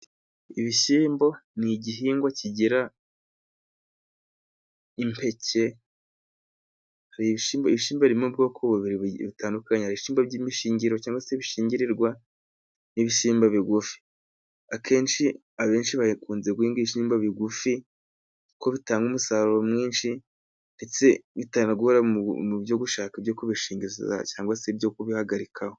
Ibishyimbo ni igihingwa kigira impeke. Hari ibishimbo, ibishimbo birimo ubwoko bubiri butandukanye. Hari ibishimbo by'imishingiro cyangwa se bishingirirwa n'ibishimbo bigufi. Akenshi abenshi bakunze guhinga ibishimbo bigufi, kuko bitanga umusaruro mwinshi ndetse bitanagora mu byo gushaka ibyo kubishingiriza cyangwa se ibyo kubihagarikaho.